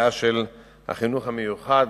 דברים לגבי הבעיה של החינוך המיוחד,